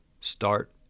start